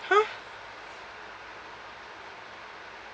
!huh!